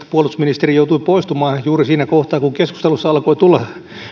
puolustusministeri joutui poistumaan juuri siinä kohtaa kun keskustelussa alkoi tulla